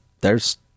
there's-